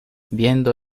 viendo